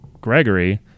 Gregory